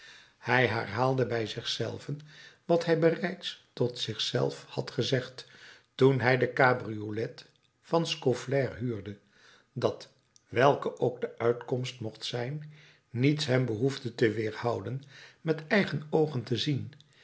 hij herhaalde bij zich zelven wat hij bereids tot zich zelf had gezegd toen hij de cabriolet van scaufflaire huurde dat welke ook de uitkomst mocht zijn niets hem behoefde te weerhouden met eigen oogen te zien